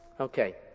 Okay